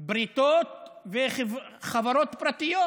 בריתות וחברות פרטיות,